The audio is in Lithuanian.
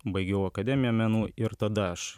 baigiau akademiją menų ir tada aš